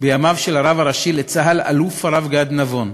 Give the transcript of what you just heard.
בימיו של הרב הראשי לצה"ל אלוף הרב גד נבון.